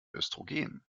östrogen